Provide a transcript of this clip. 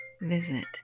visit